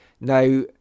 Now